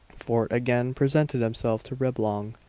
fort again presented himself to reblong.